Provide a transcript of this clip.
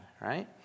right